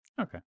Okay